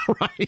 Right